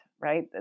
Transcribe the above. right